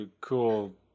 Cool